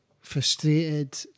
frustrated